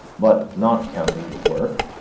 but not counting the work,